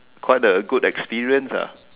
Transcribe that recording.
quite a good experience ah